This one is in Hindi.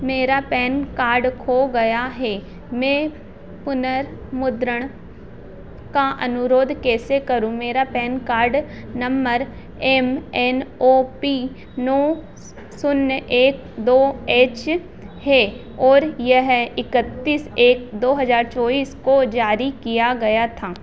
मेरा पैन कार्ड खो गया है मे पुनर्मुद्रण का अनुरोध कैसे करूँ मेरा PAN card number M N O P नौ शून्य एक दो एच है और यह इकत्तीस एक दो हज़ार चौबीस को जारी किया गया था